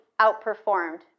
outperformed